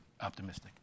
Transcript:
optimistic